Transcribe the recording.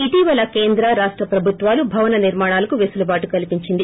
ఇటీవల కేంద్ర రాష్ట ప్రభుత్వాలు భవన నిర్మాణాలకు వెసులుబాటు కల్సించింది